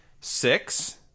Six